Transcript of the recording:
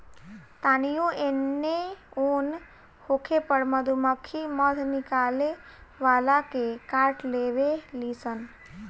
तानियो एने ओन होखे पर मधुमक्खी मध निकाले वाला के काट लेवे ली सन